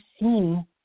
seen